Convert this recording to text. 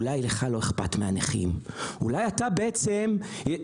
אולי לך לא אכפת מהנכים, אולי אתה בעצם אינטרסנט.